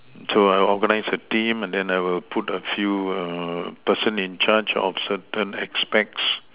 so I will organize a team and then I will put a few person in charge of certain aspects